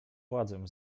władzę